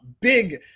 big